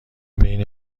بین